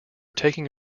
taking